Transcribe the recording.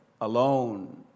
alone